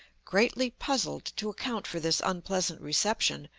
greatly puzzled to account for this unpleasant reception,